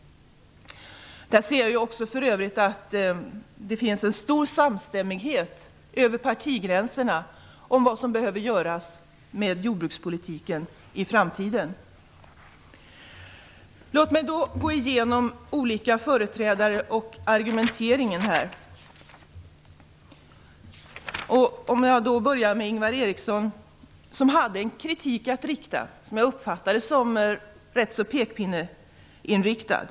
Jag ser för övrigt också att det finns en stor samstämmighet över partigränserna om vad som behöver göras med jordbrukspolitiken i framtiden. Låt mig gå igenom vad olika företrädare har sagt här och deras argumentering. Jag kan börja med Ingvar Eriksson, som riktade en kritik som jag uppfattade som rätt pekpinneinriktad.